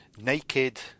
naked